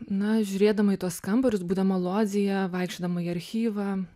na žiūrėdama į tuos kambarius būdama lodzėje vaikščiodama į archyvą